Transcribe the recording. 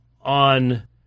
on